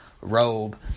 Robe